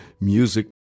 music